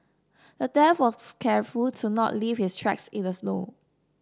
the thief was careful to not leave his tracks in the snow